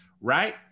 Right